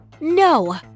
No